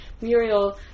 Muriel